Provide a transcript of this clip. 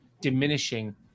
diminishing